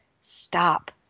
stop